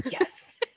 Yes